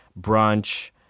brunch